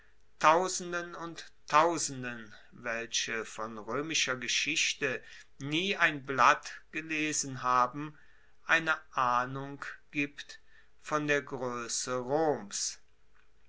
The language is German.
tausenden und tausenden welche von roemischer geschichte nie ein blatt gelesen haben eine ahnung gibt von der groesse roms